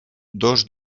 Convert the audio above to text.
dos